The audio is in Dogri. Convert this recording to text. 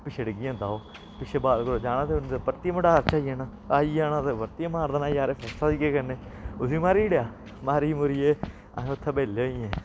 पिच्छें डिग्गी जंदा ओह् पिच्छें बाद कोला जाना ते ते परतियै मोटार च आई जाना आई जाना ते परतियै मारना यार फर्स्ट क्लास तरीक कन्नै उसी मारी ओड़ेआ मारी मुरियै असें उत्थै बेह्ले होई गे